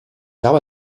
habe